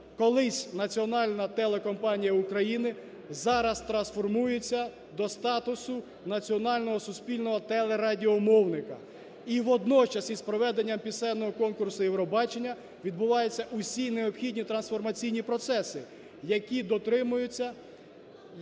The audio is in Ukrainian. колись Національна телекомпанія України зараз трансформується до статусу національного суспільного телерадіомовника. І водночас, з проведенням пісенного конкурсу Євробачення відбуваються усі необхідні трансформаційні процеси, яких дотримано